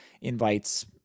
invites